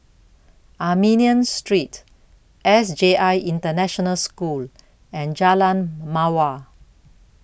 Armenian Street S J I International School and Jalan Mawar